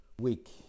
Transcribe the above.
week